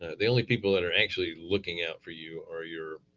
the only people that are actually looking out for you are your